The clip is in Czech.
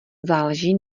záleží